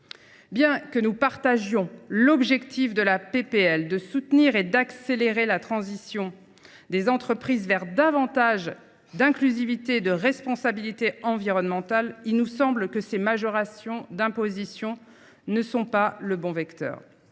Bien que nous partagions l’objectif de la proposition de loi de soutenir et d’accélérer la transition des entreprises vers davantage d’inclusivité et de responsabilité environnementale, il nous semble que ces majorations d’imposition ne sont pas le bon vecteur.